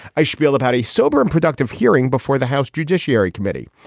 i shpiel about a sober and productive hearing before the house judiciary committee.